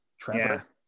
Trevor